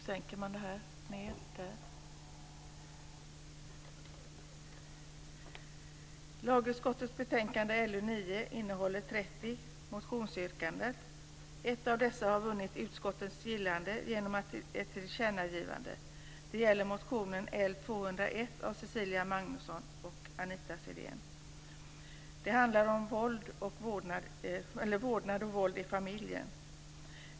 Fru talman! Lagutskottets betänkande LU9 innehåller 30 motionsyrkanden. Ett av dessa har vunnit utskottets gillande i form av ett tillkännagivande. Det gäller motion L201 av Cecilia Magnusson och Anita Det handlar om vårdnad och våld i familjen.